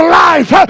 life